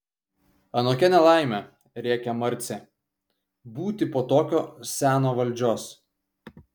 anokia ne laimė rėkė marcė būti po tokio seno valdžios